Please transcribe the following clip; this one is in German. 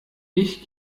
ich